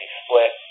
split